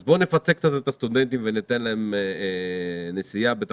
אז בואו נפצה קצת את הסטודנטים וניתן להם סיוע בנסיעה